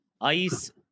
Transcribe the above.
ICE